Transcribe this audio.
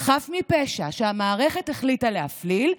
חף מפשע שהמערכת החליטה להפליל,